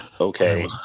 Okay